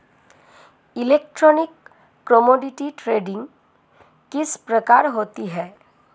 Electronic commodity trading किस प्रकार होती है?